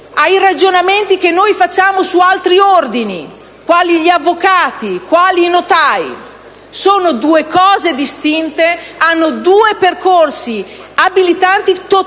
ai ragionamenti che noi facciamo su altri Ordini quali gli avvocati o i notai. Sono due cose distinte ed hanno due percorsi abilitanti totalmente